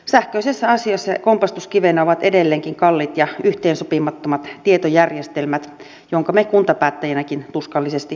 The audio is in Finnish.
sähköisessä asioinnissa kompastuskivenä ovat edelleenkin kalliit ja yhteensopimattomat tietojärjestelmät minkä me kuntapäättäjinäkin tuskallisesti tiedämme